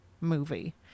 movie